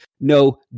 no